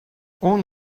اون